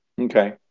Okay